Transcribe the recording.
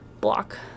block